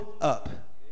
up